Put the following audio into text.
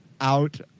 out